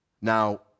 Now